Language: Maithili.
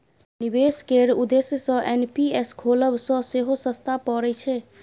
निबेश केर उद्देश्य सँ एन.पी.एस खोलब सँ सेहो सस्ता परय छै